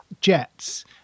jets